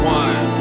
one